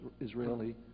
Israeli